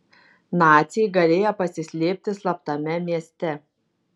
naciai galėję pasislėpti slaptame mieste